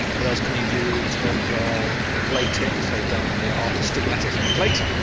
what else can you do in terms of plating, so we've done the artistic lettuce on a plate,